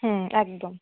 হুম একদম